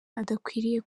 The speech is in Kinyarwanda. adakwiriye